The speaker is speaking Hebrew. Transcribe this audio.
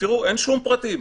אין שום פרטים.